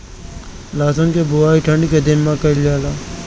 लहसुन के बोआई ठंढा के दिन में कइल जाला